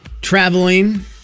Traveling